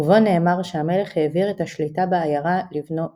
ובו נאמר שהמלך העביר את השליטה בעיירה לבנו פדרו.